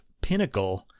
Pinnacle